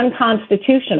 unconstitutional